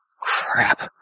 crap